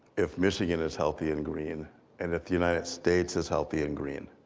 if michigan is healthy and green and if the united states is healthy and green.